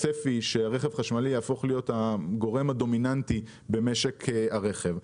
הצפי הוא שרכב חשמלי יהפוך להיות הגורם הדומיננטי במשק הרכב.